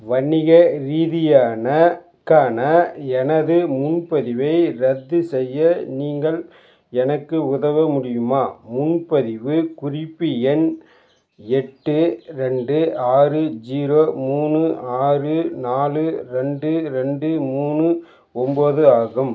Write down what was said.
வணிக ரீதியானக்கான எனது முன்பதிவை ரத்து செய்ய நீங்கள் எனக்கு உதவ முடியுமா முன்பதிவு குறிப்பு எண் எட்டு ரெண்டு ஆறு ஜீரோ மூணு ஆறு நாலு ரெண்டு ரெண்டு மூணு ஒன்போது ஆகும்